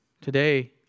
Today